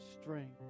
strength